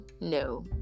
no